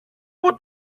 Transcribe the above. πού